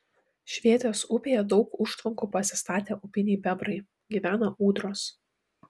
švėtės upėje daug užtvankų pasistatę upiniai bebrai gyvena ūdros